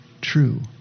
true